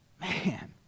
Man